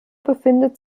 befindet